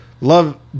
love